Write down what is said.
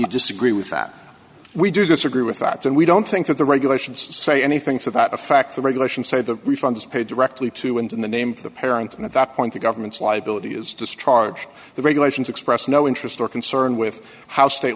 you disagree with that we do disagree with that and we don't think that the regulations say anything to that effect the regulations say the refunds pay directly to and in the name of the parent and at that point the government's liability is discharge the regulations expressed no interest or concern with how state